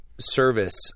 service